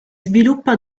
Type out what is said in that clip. sviluppa